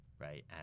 Right